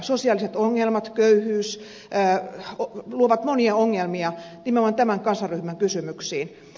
sosiaaliset ongelmat köyhyys luovat monia ongelmia nimenomaan tämän kansanryhmän kysymyksiin